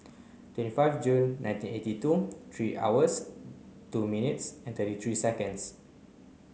twenty five Jun nineteen eighty two three hours two minutes and thirty three seconds